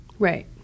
Right